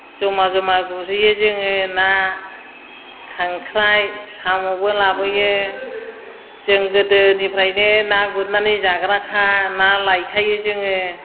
जमा जमा गुरहैयो जोङो ना खांख्राइ साम'बो लाबोयो जों गोदोनिफ्रायनो ना गुरनानै जाग्राखा ना लायखायो जोङो